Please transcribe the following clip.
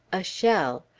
a shell,